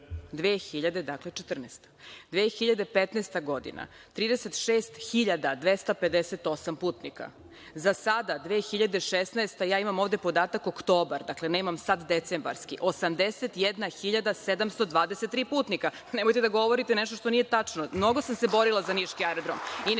godine 2015 – 36.258 putnika. Za sada, 2016. godina, imam ovde podatak od oktobra, dakle, nemam decembarski, 81.723 putnika. Nemojte da govorite nešto što nije tačno. Mnogo sam se borila za niški aerodrom